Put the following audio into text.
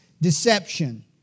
deception